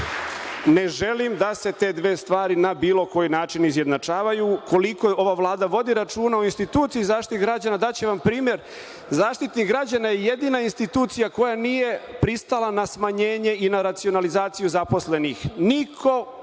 ne želim da se te dve stvari na bilo koji način izjednačavaju. Koliko ova Vlada vodi računa o instituciji Zaštitnika građana, daću vam primer. Zaštitnik građana je jedina institucija koja nije pristala na smanjenje i na racionalizaciju zaposlenih. Niko